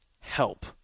help